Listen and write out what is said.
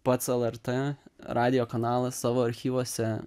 pats lrt radijo kanalas savo archyvuose